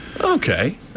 Okay